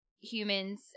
humans